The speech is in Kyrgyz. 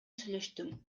сүйлөштүм